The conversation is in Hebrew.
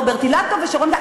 רוברט אילטוב ושרון גל.